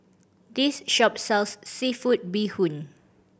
this shop sells seafood bee hoon